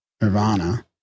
nirvana